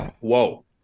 whoa